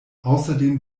außerdem